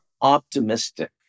optimistic